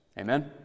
Amen